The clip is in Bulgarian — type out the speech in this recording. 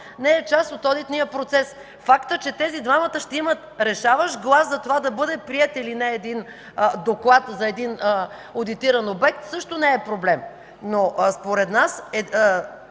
не е част от одитния процес. Фактът, че тези двамата ще имат решаващ глас за това да бъде приет или не един доклад за един одитиран обект, също не е проблем. Но, според нас,